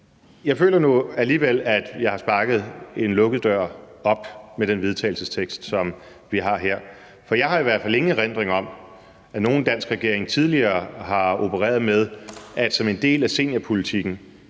Jeg føler nu alligevel, at jeg har sparket en lukket dør op med den vedtagelsestekst, som vi har her. For jeg har i hvert fald ingen erindring om, at nogen dansk regering tidligere har opereret med, at man som en del af seniorpolitikken